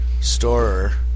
Storer